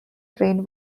train